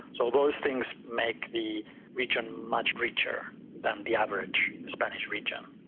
so those things make the region much richer than the average spanish region.